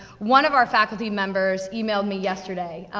one of our faculty members emailed me yesterday.